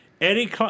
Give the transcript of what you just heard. Eddie